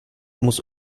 muss